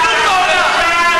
אלוף העולם.